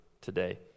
today